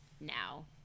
now